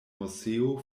moseo